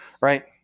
Right